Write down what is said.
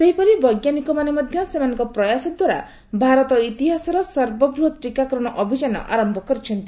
ସେହିପରି ବୈଜ୍ଞାନିକମାନେ ମଧ୍ୟ ସେମାନଙ୍କ ପ୍ରୟାସ ଦ୍ୱାରା ଭାରତ ଇତିହାସର ସର୍ବବୃହତ୍ ଟିକାକରଣ ଅଭିଯାନ ଆରମ୍ଭ କରିଛନ୍ତି